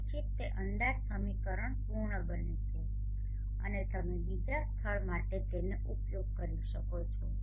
તે પછી જ તે અંદાજ સમીકરણ પૂર્ણ બને છે અને તમે બીજા સ્થળ માટે તેનો ઉપયોગ કરી શકો છો